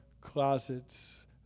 closets